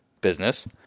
business